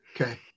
Okay